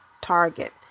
target